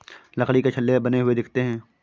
लकड़ी पर छल्ले बने हुए दिखते हैं